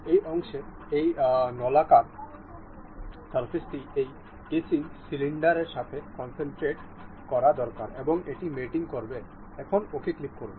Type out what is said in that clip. এই অংশ এই নলাকার সারফেস টি এই কেসিং সিলিন্ডারের সাথে কনসেন্ট্রেট করা দরকার এবং এটি মেটিং করবে এখন OK ক্লিক করুন